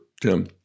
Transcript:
Tim